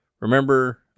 remember